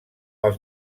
els